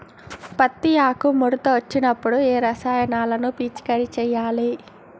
పత్తి ఆకు ముడత వచ్చినప్పుడు ఏ రసాయనాలు పిచికారీ చేయాలి?